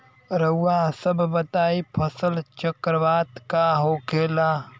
रउआ सभ बताई फसल चक्रवात का होखेला?